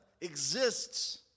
exists